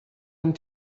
and